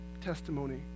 testimony